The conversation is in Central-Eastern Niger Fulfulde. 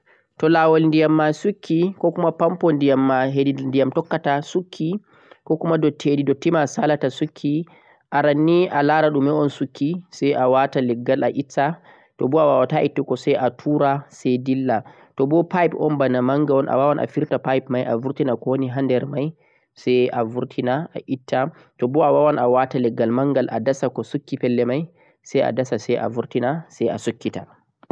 Toh lawol ndeyam sukki, arannii alara koh sukki lawol ndiyan mai sai awata legga a sukkita koh a tura dilla toh boo pipe on awawan a firta pipe mai a vurtina kowoni haa nder mai sai haɓɓa